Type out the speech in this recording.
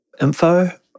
info